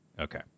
Okay